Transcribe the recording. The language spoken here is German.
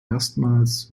erstmals